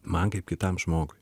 man kaip kitam žmogui